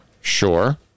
Sure